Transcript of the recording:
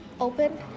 open